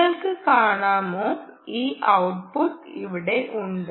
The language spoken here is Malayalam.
നിങ്ങൾക്ക് കാണാമോ ഈ ഔട്ട്പുട്ട് ഇവിടെ ഉണ്ട്